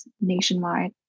nationwide